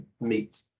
meet